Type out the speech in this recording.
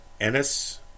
Ennis